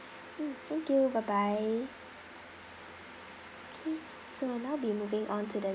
mm thank you bye bye okay so now we'll be moving on to the